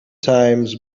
times